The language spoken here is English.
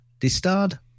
Distard